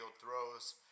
throws